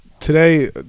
Today